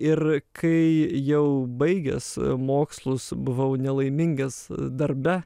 ir kai jau baigęs mokslus buvau nelaimingas darbe